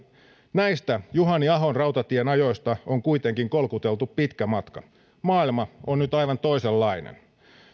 näistä juhani ahon rautatien ajoista on kuitenkin kolkuteltu pitkä matka maailma on nyt aivan toisenlainen